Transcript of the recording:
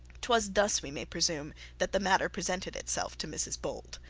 twas thus, we may presume, that the matter presented itself to mrs bold.